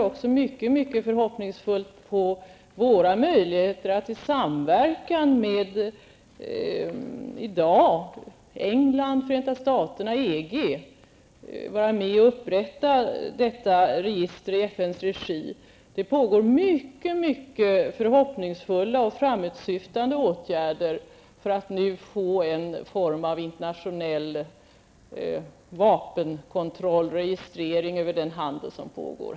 Också jag ser mycket förhoppningsfullt på våra möjligheter att i samverkan med i dag England, Förenta Staterna och EG vara med om att upprätta ett register i FNs regi. Det pågår mycket hoppingivande och framåtsyftande åtgärder för att nu få till stånd en form av internationell vapenkontroll och registrering av den handel som pågår.